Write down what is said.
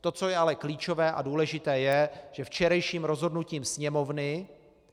To, co je ale klíčové a důležité, je, že včerejším rozhodnutím Sněmovny,